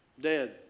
Dead